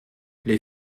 les